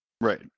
Right